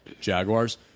Jaguars